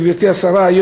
גברתי השרה,